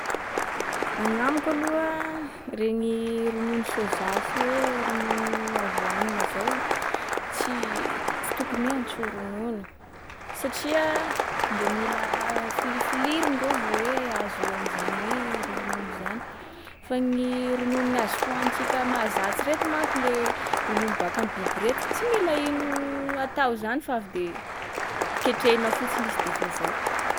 Agnamiko aloha, regny ronono soja sy hoe ronono avoanina zao, tsy- tsy tokony hoe antsoa ronono. Satria mbô mila filifilirony ndreo vao hoe azo am’zany hoe ronono zany. Fa gny ronono azo hoanintsika mahazatsy reto manko le ronono baka am’biby reto, tsy mila ino atao zany fa avy de ketrehinao fotsiny izy de fa zay.